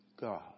God